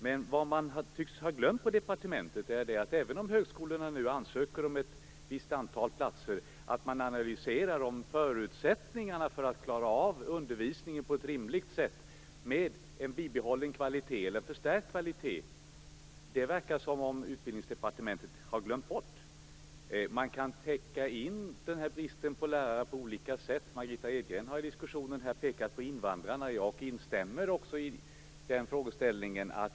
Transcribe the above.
Men vad man tycks ha glömt på departementet är att även om högskolorna nu ansöker om ett visst antal platser måste man analysera förutsättningarna för att klara av undervisningen på ett rimligt sätt med en bibehållen eller förstärkt kvalitet. Det verkar som om Utbildningsdepartementet har glömt bort det. Man kan täcka in bristen på lärare på olika sätt. Margitta Edgren har i diskussionen pekat på invandrarna. Jag instämmer också i den frågeställningen.